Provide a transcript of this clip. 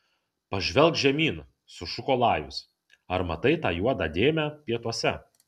pažvelk žemyn sušuko lajus ar matai tą juodą dėmę pietuose